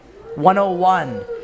101